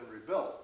rebuilt